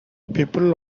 people